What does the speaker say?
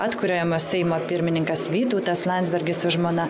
atkuriamojo seimo pirmininkas vytautas landsbergis su žmona